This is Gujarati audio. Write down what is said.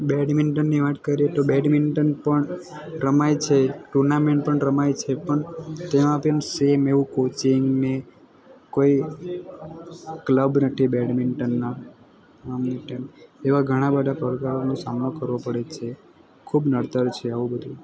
બેડમિન્ટનની વાત કરીએ તો બેડમિન્ટન પણ રમાય છે ટુર્નામેન્ટ પણ રમાય છે પણ ત્યાં પણ સેમ એવું કોચિંગ ને કોઈ ક્લબ નથી બેડમિન્ટનના આમ તેમ એવા ઘણા બધા પ્રોબ્લમોનો સામનો કરવો પડે છે ખૂબ નડતર છે આવું બધું